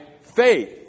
faith